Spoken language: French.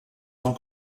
tant